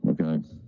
okay